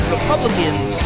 Republicans